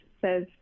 says